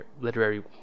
literary